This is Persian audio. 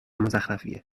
مزخرفیه